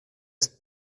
ist